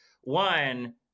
one